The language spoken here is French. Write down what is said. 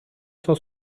cent